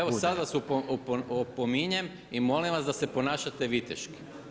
Evo sada vas opominjem i molim vas da se ponašate viteški.